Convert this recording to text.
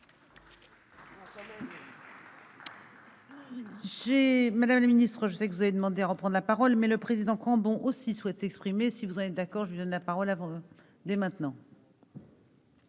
Madame le Ministre, je sais que vous avez demandé reprend la parole, mais le président bon aussi souhaite s'exprimer si vous êtes d'accord, je donne la parole dès maintenant.